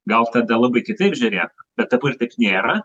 gal tada labai kitaip žiūrėtų bet dabar taip nėra